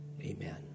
amen